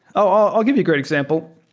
oh! i'll give you a great example.